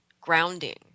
grounding